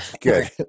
Good